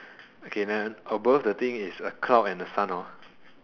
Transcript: okay then above the thing is a cloud and the sun hor